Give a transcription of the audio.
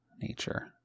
nature